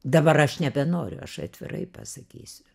dabar aš nebenoriu aš atvirai pasakysiu